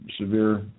severe